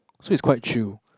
so it's quite chill